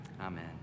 amen